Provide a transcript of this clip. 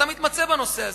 אתה מתמצא בנושא הזה.